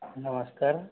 नमस्कार